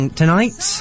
tonight